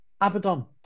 Abaddon